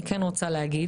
אני כן רוצה להגיד,